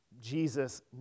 Jesus